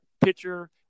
pitcher